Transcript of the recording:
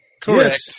Correct